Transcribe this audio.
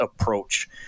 approach